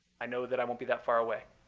i know that i won't be that far away.